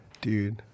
dude